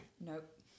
Nope